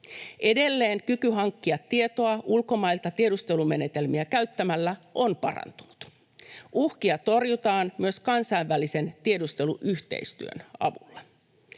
Edelleen kyky hankkia tietoa ulkomailta tiedustelumenetelmiä käyttämällä on parantunut. Uhkia torjutaan myös kansainvälisen tiedusteluyhteistyön avulla.